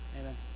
Amen